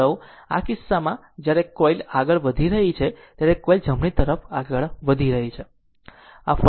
તેથી આ કિસ્સામાં તેથી જ્યારે આ કોઇલ આગળ વધી રહી છે ત્યારે આ કોઇલ જમણી તરફ આગળ વધી રહી છે